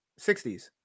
60s